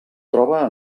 troba